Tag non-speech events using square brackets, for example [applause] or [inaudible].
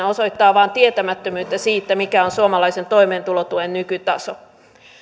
[unintelligible] osoittaa vain tietämättömyyttä siitä mikä on suomalaisen toimeentulotuen nykytaso